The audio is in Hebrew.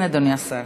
כן, אדוני השר.